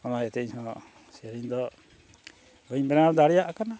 ᱚᱱᱟ ᱤᱭᱟᱹᱛᱮ ᱤᱧᱦᱚᱸ ᱥᱮᱨᱮᱧ ᱫᱚ ᱵᱟᱹᱧ ᱵᱮᱱᱟᱣ ᱫᱟᱲᱮᱭᱟᱜ ᱠᱟᱱᱟ